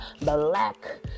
Black